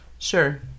Sure